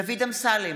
דוד אמסלם,